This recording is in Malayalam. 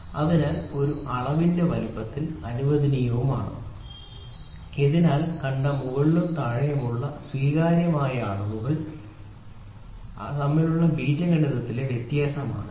അതിനാൽ ഒരു അളവിന്റെ വലുപ്പത്തിൽ അനുവദനീയമാണ് ഇതിനകം കണ്ട മുകളിലും താഴെയുമുള്ള സ്വീകാര്യമായ അളവുകൾ തമ്മിലുള്ള ബീജഗണിത വ്യത്യാസമാണ് ഇത്